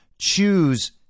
choose